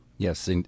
Yes